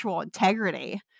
integrity